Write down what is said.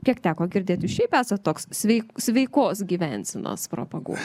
kiek teko girdėt jūs šiaip esat toks svei sveikos gyvensenos propaguotojas